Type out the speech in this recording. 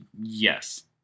Yes